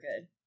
good